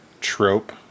trope